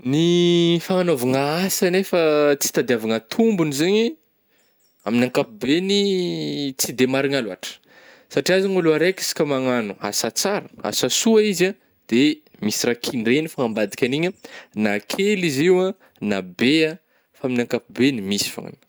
Ny fagnanaovana asa nefa tsy hitadiavagna tombony zegny, amin'ny akabobeny tsy de marigna loatra satria zao ny olo araika isaka magnano asa tsara, asa soa izy ah de misy raha kindregny fôgna ambadika an'igny ah, na kely izy io ah na be ah, fa amin'ny akapobeagny misy fôgnany.